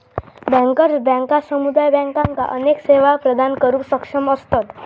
bankers बँका समुदाय बँकांका अनेक सेवा प्रदान करुक सक्षम असतत